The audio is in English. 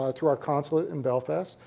ah through our consulate in belfast,